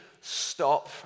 stop